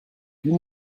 plus